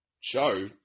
show